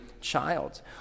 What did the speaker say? child